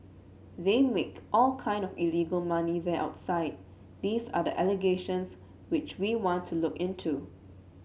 they make all kind of illegal money there outside these are the allegations which we want to look into